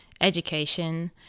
education